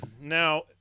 Now